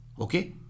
Okay